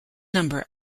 number